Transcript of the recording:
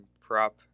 prop